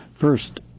First